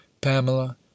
pamela